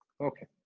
Okay